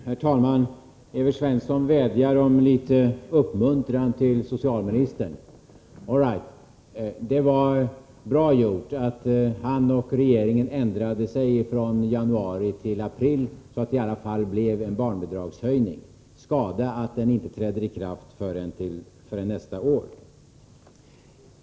Herr talman! Evert Svensson vädjar om litet uppmuntran till socialministern. All right, det var bra gjort att han och regeringen ändrade sig från januari till april, så att det i alla fall blev en barnbidragshöjning. Skada att den inte träder i kraft förrän nästa år.